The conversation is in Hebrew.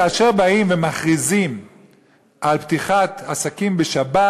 כאשר באים ומכריזים על פתיחת עסקים בשבת,